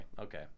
okay